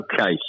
Okay